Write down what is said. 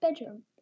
bedroom